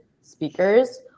speakers